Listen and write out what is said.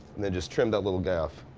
and then just trim that little guy off.